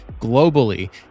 globally